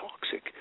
toxic